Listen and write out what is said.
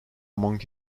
among